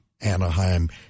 Anaheim